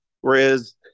Whereas